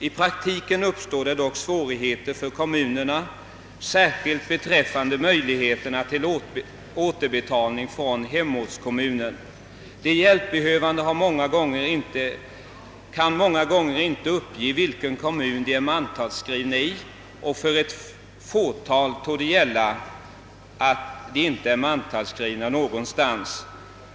I praktiken uppstår dock svårigheter för kommunerna, särskilt beträffande möjligheterna till återbetalning från hemortskommunen. De hjälpbehövande kan många gånger inte uppge i vilken kommun de är mantalsskrivna, och för ett fåtal torde gälla att de inte är mantalsskrivna någonstans.